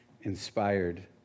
inspired